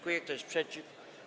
Kto jest przeciw?